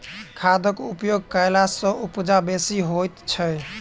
खादक उपयोग कयला सॅ उपजा बेसी होइत छै